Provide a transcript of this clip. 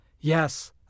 Yes